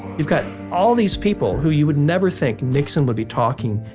you've got all these people who you would never think nixon would be talking.